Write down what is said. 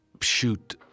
shoot